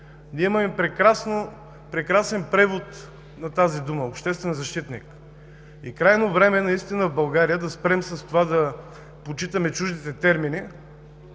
Ние имаме прекрасен превод на тази дума – обществен защитник. Крайно време е в България да спрем с това да почитаме чуждите термини,